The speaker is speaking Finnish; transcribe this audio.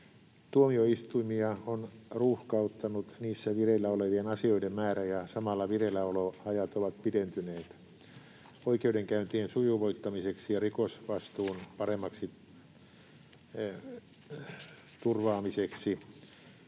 Tuomioistuimia on ruuhkauttanut niissä vireillä olevien asioiden määrä, ja samalla vireilläoloajat ovat pidentyneet. Oikeudenkäyntien sujuvoittamiseksi ja rikosvastuun paremmaksi turvaamiseksi